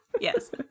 Yes